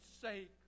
sake